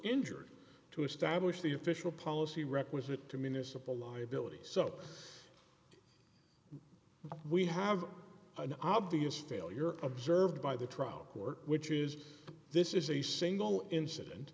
injured to establish the official policy requisite to municipal liabilities so we have an obvious failure observed by the trial court which is this is a single incident